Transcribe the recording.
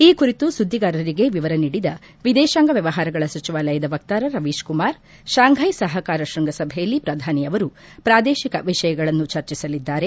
ಈ ಕುರಿತು ಸುದ್ದಿಗಾರರಿಗೆ ವಿವರ ನೀಡಿದ ವಿದೇಶಾಂಗ ವ್ಯವಹಾರಗಳ ಸಚಿವಾಲಯದ ವಕ್ಕಾರ ರವೀಶ್ ಕುಮಾರ್ ಶಾಂಘ್ವೆ ಸಹಕಾರ ಶೃಂಗಸಭೆಯಲ್ಲಿ ಪ್ರಧಾನಿ ಅವರು ಪ್ರಾದೇಶಿಕ ವಿಷಯಗಳನ್ನು ಚರ್ಚಿಸಲಿದ್ದಾರೆ